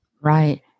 Right